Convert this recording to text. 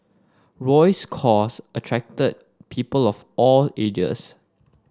Roy's cause attracted people of all ages